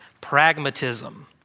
pragmatism